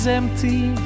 empty